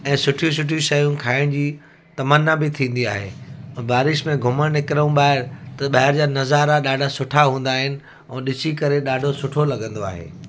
ऐं सुठियूं सुठियूं शयूं खाइण जी तमन्ना बि थींदी आहे ऐं बारिश में घुमण निकिरूं ॿाहिरि त ॿाहिरि जा नज़ारा ॾाढा सुठा हूंदा आहिनि ऐं ॾिसी करे ॾाढो सुठो लॻंदो आहे